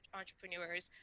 entrepreneurs